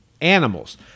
animals